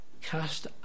cast